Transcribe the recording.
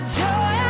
joy